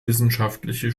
wissenschaftliche